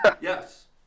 yes